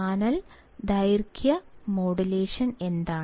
channel ദൈർഘ്യ modulation എന്താണ്